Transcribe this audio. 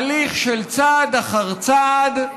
הליך של צעד אחר צעד,